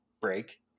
break